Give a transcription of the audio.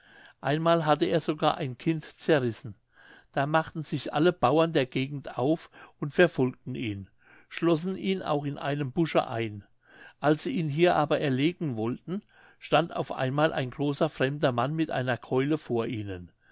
einmal hatte er sogar ein kind zerrissen da machten sich alle bauern der gegend auf und verfolgten ihn schlossen ihn auch in einem busche ein als sie ihn hier aber erlegen wollten stand auf einmal ein großer fremder mann mit einer keule vor ihnen